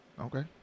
Okay